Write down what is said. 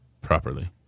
properly